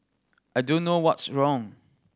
I don't know what's wrong